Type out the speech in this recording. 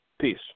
Peace